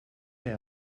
hij